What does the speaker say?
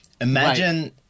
Imagine